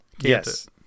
Yes